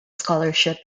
scholarship